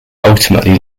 ultimately